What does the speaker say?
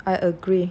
I agree